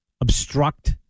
obstruct